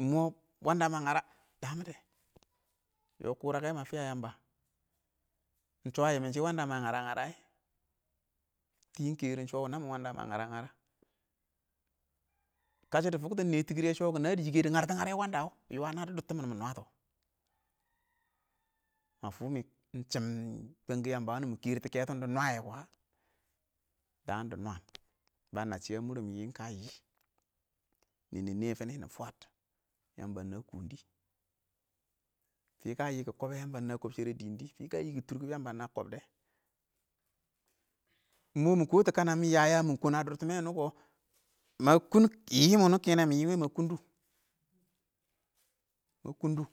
Ing mɔ wəndə mə ə ngərə dəmɪdɛ, yɔɔ kʊrə kɛ mɪ ə fɪyə yəmbə shɔ ə yɪmɪn shɪ wəndə mə a ngərə-ngərə, tɪ keru sho nəmɪ wəndə mə ə nyərə kəshɪ dɪ fɔktɔ ɪng yɪnɪ tɪkɪr yɛ shɔ kɔ nəddɪ yɪkɛ dɪ nagər tʊ wəndə wɔ yuʊwə nə dɪttɪn mɪn mʊ nwatɔ, mə fʊ mɪ ɪng chɪm fəng kʊwɪ yəmbə wʊnʊ mɪ kɛrɪtʊ kɛtɔ wʊnʊ dɪ nwə yɛ kʊwə? dəən dɪ nwən, kə nəcchɪ ʊ murɪn yɪn kə yɪ yɪn nɪ nɛ fɔ nɪ fwəəd yəmbə ɪng nə kʊndɪ, fɪ kə yɪkɪ kɔbɛ yəmbə ɪng nə kɔb shɛrɛ dɪndɪ, kɪ tʊrkʊm kʊ yəmbə ɪng nə kɔb dɛ, ɪng mɔ mʊ koɔtɔ kə nə mɪ yə yəəm mʊ kwən ə dʊr tɪmmɛ wʊnɪ kʊ mə kʊn kɪɪ yɪm wʊnʊ ɪng yɨmɪ ɨng kɛnɛ mə kʊndʊ, ɪng mə kʊʊndʊ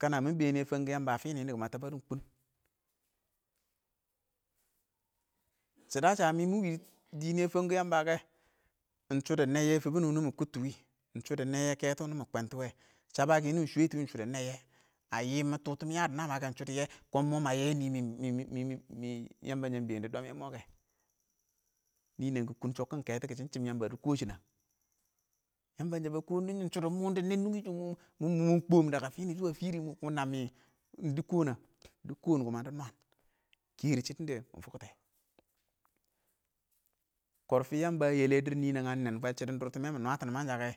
kənə mɪn bɛɛn yɛ fang kʊwɪ yəmbə ə fɪnɪ nɛ kʊ nə mə təbbə dʊ ɪng kʊn shɪdə ə mɪ ɪng wɪɪ dɪn yɛ fəng kʊwɪ yəmbə kɛ, ɪng shɔ dɪ nəyyɛ fɪbɪn wʊnʊ mɪ kʊttʊ wɪɪ,ɪng shɔ dɪ nəyyɛ kɛtɔ wʊnʊ mɪ kwəntu wɛ, chəbbə kɪ wʊnʊ mɪ shwɛtʊ wɪɪ shɔ dɪ nəyyɛ ə yɪ mɪ tʊtʊ nəmə kɛ shɔdɪ nɛyyɛ, kʊn mɔ mə yɛ nɪ mɪ yəmba sə ɪng bɛɛn yɛ mʊ kɛ, nɪnɛng kə kʊn chɔkkɪn kɛtɔ kʊ shɪn chɪn yəmbə dɪ kɔshɪ nə, yəmbən shə bə kɔndɔ shɔ dɪ mɔn dɪ nɛn nʊngɪ shʊ kʊ mɔ mɪ kɔɔm fɪnɪ fɪrɪ ɪng mɔ nəmɪ, dɪ kɔɔn ɪng nə?dɪ kɔɔn kʊmə dɪ nwən kɛrɛ ɪng shɪdo də mɪ fɔktɛ kɔrfɪ yəmbə ə yɛlɛ dɪr nɪnɛng a nen blwəl shɪnɪng dʊr tɪmmɛ mɪnwətɔ nɪmən shəkɛ.